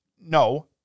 No